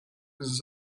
focuses